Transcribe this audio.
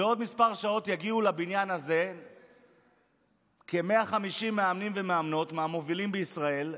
בעוד כמה שעות יגיעו לבניין הזה כ-150 מאמנים ומאמנות מהמובילים בישראל,